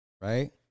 Right